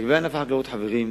לגבי ענף החקלאות, חברים,